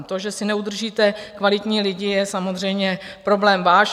To, že si neudržíte kvalitní lidi, je samozřejmě problém váš.